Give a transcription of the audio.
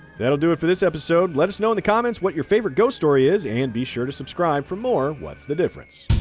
that will do it for this episode. let us know in the comments what your favorite ghost story is. and be sure to subscribe for more what's the difference